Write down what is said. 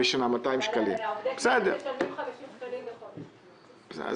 עובדי הכנסת משלמים 50 שקלים בחודש.